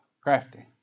Crafty